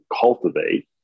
cultivate